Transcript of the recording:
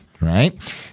right